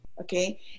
okay